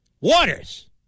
Waters